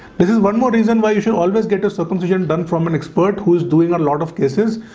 this is one more reason why you should always get the circumcision done from an expert who is doing a lot of cases,